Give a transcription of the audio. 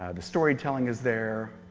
ah the storytelling is there,